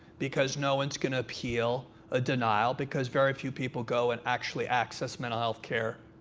because no one's going to appeal a denial. because very few people go and actually access mental health care,